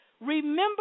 Remember